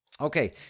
Okay